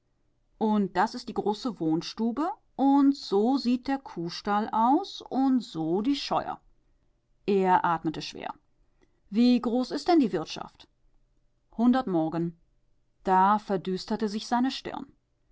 und das ist die große wohnstube und so sieht der kuhstall aus und so die scheuer er atmete schwer wie groß ist denn die wirtschaft hundert morgen da verdüsterte sich seine stirn